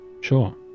Sure